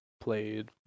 played